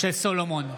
משה סולומון,